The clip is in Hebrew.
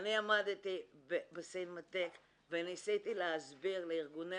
אני עמדתי בסינמטק וניסיתי להסביר לארגוני